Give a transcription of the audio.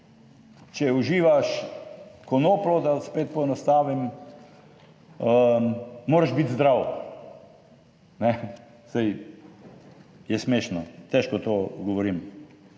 Če uživaš konopljo, da spet poenostavim, moraš biti zdrav, ne. Saj je smešno, težko to govorim.